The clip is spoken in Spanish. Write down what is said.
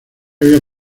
había